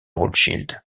rothschild